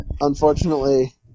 unfortunately